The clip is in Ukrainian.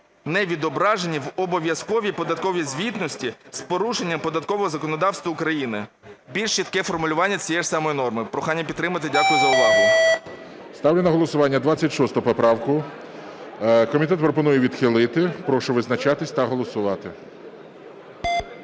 не відображені в обов'язковій податковій звітності з порушенням податкового законодавства України". Більш чітке формулювання цієї ж самої норми. Прохання підтримати. Дякую за увагу. ГОЛОВУЮЧИЙ. Ставлю на голосування 26 поправку. Комітет пропонує її відхилити. Прошу визначатись та голосувати.